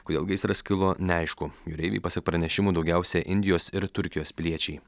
kodėl gaisras kilo neaišku jūreiviai pasak pranešimų daugiausia indijos ir turkijos piliečiai